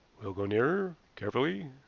we'll go nearer. carefully.